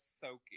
soaking